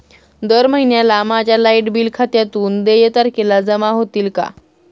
दर महिन्याला माझ्या लाइट बिल खात्यातून देय तारखेला जमा होतील का?